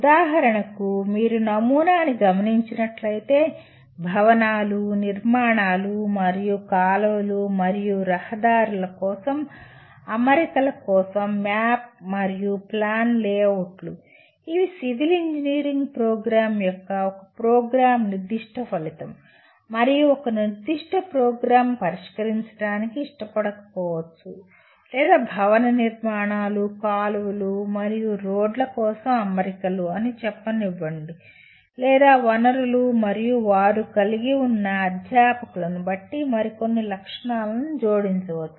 ఉదాహరణకు మీరు నమూనా ని గమనించినట్లయితే భవనాలు నిర్మాణాలు మరియు కాలువలు మరియు రహదారుల కోసం అమరికల కోసం మ్యాప్ మరియు ప్లాన్ లేఅవుట్లు ఇవి సివిల్ ఇంజనీరింగ్ ప్రోగ్రామ్ యొక్క ఒక ప్రోగ్రామ్ నిర్దిష్ట ఫలితం మరియు ఒక నిర్దిష్ట ప్రోగ్రామ్ పరిష్కరించడానికి ఇష్టపడకపోవచ్చు లేదా భవన నిర్మాణాలు కాలువలు మరియు రోడ్ల కోసం అమరికలు అని చెప్పనివ్వండి లేదా వనరులు మరియు వారు కలిగి ఉన్న అధ్యాపకులను బట్టి మరికొన్ని లక్షణాలను జోడించవచ్చు